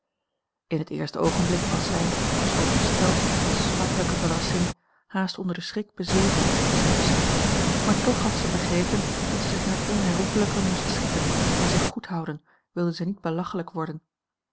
in het eerste oogenblik was zij als overstelpt van smartelijke verrassing haast onder den schrik bezweken schreef zij maar toch had zij begrepen dat zij zich in het onherroepelijke moest schikken en zich goed houden wilde zij niet belachelijk worden